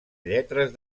lletres